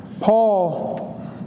Paul